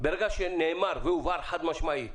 ברגע שנאמר והובהר חד-משמעית: